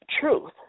truth